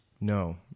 No